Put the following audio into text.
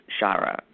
Shara